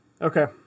Okay